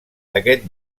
aquest